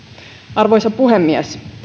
arvoisa puhemies